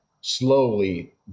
slowly